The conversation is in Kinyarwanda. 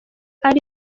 ari